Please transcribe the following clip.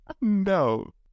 no